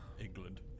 England